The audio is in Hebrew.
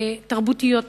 תרבותיות יותר,